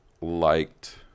liked